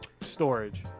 storage